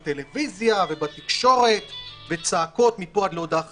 בטלוויזיה ובתקשורת וצעקות מפה עד להודעה חדשה,